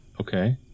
Okay